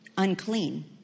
Unclean